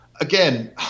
again